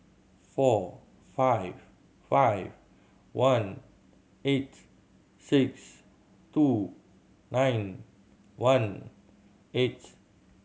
four five five one eight six two nine one eight